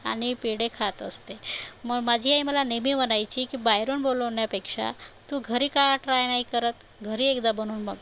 आणि पेढे खात असते मग माझी आई मला नेहमी म्हणायची की बाहेरून बोलवण्यापेक्षा तू घरी का ट्राय नाही करत घरी एकदा बनवून बघ